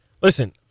Listen